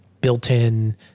built-in